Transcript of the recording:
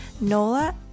nola